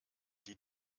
die